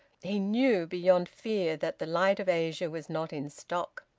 he knew beyond fear that the light of asia was not in stock.